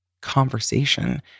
conversation